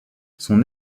son